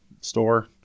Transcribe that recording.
store